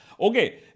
Okay